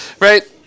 right